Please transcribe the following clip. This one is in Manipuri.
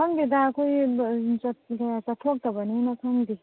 ꯈꯪꯗꯦꯗ ꯑꯩꯈꯣꯏ ꯆꯠꯊꯣꯛꯇꯕꯅꯤꯅ ꯈꯪꯗꯦ